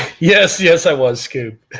yes, yes i was scoob